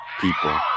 people